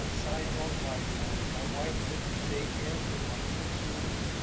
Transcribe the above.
and side note my my wife did they care for about six years.